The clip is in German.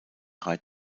drei